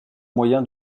moyen